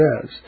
says